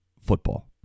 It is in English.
football